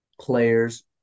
players